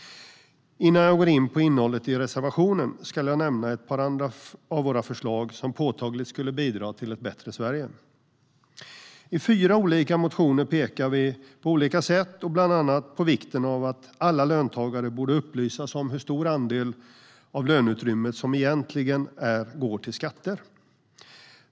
Innan jag går in på innehållet i reservationen ska jag nämna ett par av våra andra förslag som påtagligt skulle bidra till ett bättre Sverige. I fyra olika motioner pekar vi på olika sätt bland annat på vikten av att alla löntagare borde upplysas om hur stor andel av löneutrymmet som egentligen går till skatter.